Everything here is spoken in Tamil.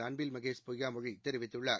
அன்பில் மகேஷ் பொய்யாமொழிதெரிவித்துள்ளார்